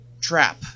trap